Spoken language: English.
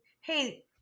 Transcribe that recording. hey